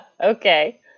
Okay